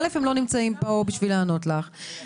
כי הם לא נמצאים פה כדי לענות לך.